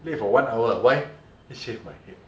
late for one hour why need shave my head